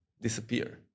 disappear